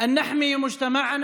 להגן על החברה